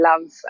love